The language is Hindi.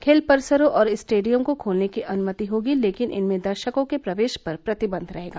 खेल परिसरों और स्टेडियम को खोलने की अनुमति होगी लेकिन इनमें दर्शकों के प्रवेश पर प्रतिबन्ध रहेगा